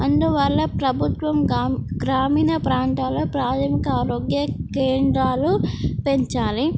అందువల్ల ప్రభుత్వం గ గ్రామీణ ప్రాంతాల్లో ప్రాథమిక ఆరోగ్య కేంద్రాలు పెంచాలి